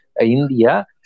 India